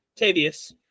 Tavius